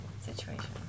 situation